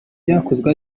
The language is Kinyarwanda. byakozwe